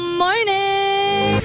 morning